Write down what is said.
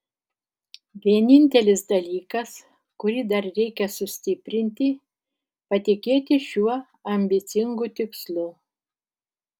vienintelis dalykas kurį dar reikia sustiprinti patikėti šiuo ambicingu tikslu